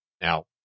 Now